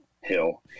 hill